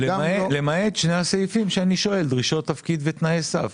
למעט שני הסעיפים שאני שואל: דרישות תפקיד ותנאי סף,